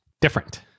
different